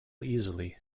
easily